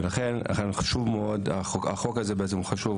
ולכן, החוק הזה הוא חשוב.